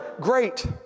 Great